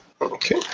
Okay